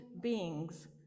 beings